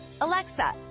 Alexa